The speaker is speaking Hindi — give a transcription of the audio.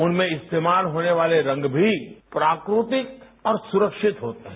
उनमें इस्तेमाल होने वाले रंग भी प्राकृतिक और सुरक्षित होते हैं